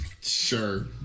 Sure